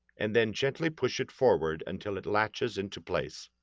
and then gently push it forward until it latches into place.